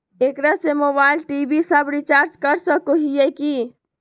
एकरा से mobile TV सब रिचार्ज कर सको हियै की?